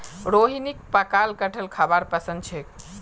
रोहिणीक पकाल कठहल खाबार पसंद छेक